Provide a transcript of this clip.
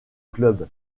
club